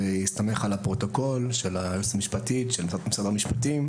בהסתמך על הפרוטוקול של היועצת המשפטית של משרד המשפטים,